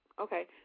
okay